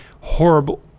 horrible